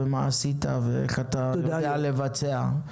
מה עשית ואיך אתה יודע לבצע,